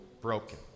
broken